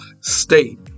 state